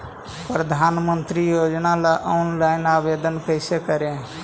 प्रधानमंत्री योजना ला ऑनलाइन आवेदन कैसे करे?